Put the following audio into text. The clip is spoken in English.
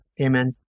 Amen